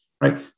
right